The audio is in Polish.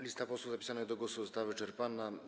Lista posłów zapisanych do głosu została wyczerpana.